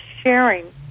sharing